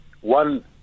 One